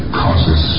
causes